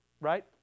Right